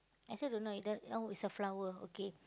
I also don't know d~ oh it's a flower okay